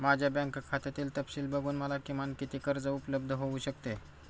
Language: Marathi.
माझ्या बँक खात्यातील तपशील बघून मला किमान किती कर्ज उपलब्ध होऊ शकते?